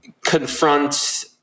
confront